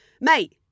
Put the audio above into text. mate